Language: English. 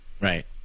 Right